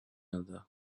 another